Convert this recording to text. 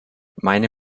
meine